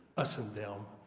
us and them,